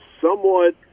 somewhat